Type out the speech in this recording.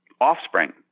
offspring